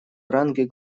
ранге